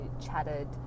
chatted